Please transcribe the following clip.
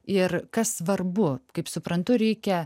ir kas svarbu kaip suprantu reikia